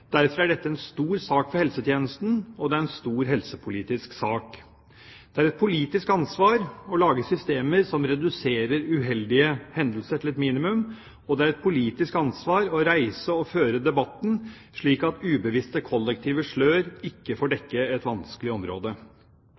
Derfor er dette en stor sak for helsetjenesten og en stor helsepolitisk sak. Det er et politisk ansvar å lage systemer som reduserer uheldige hendelser til et minimum, og det er et politisk ansvar å reise og føre debatten slik at ubevisste, kollektive slør ikke får dekke et vanskelig område.